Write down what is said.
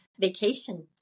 vacation